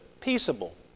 peaceable